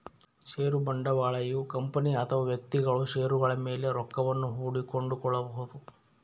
ಷೇರು ಬಂಡವಾಳಯು ಕಂಪನಿ ಅಥವಾ ವ್ಯಕ್ತಿಗಳು ಷೇರುಗಳ ಮೇಲೆ ರೊಕ್ಕವನ್ನು ಹೂಡಿ ಕೊಂಡುಕೊಳ್ಳಬೊದು